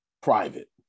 private